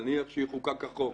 נניח כשיחוקק החוק,